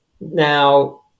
Now